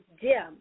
dim